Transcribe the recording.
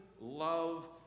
love